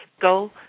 go